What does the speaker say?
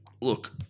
look